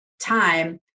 time